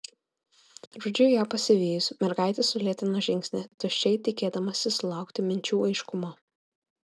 rudžiui ją pasivijus mergaitė sulėtino žingsnį tuščiai tikėdamasi sulaukti minčių aiškumo